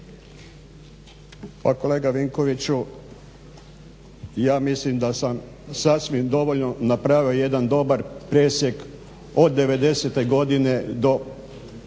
Pa kolega Vinkoviću, ja mislim da sam sasvim dovoljno napravio jedan dobar presjek od 90. godine do